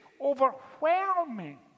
overwhelming